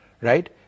right